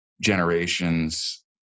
generations